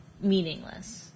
meaningless